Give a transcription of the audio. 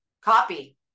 copy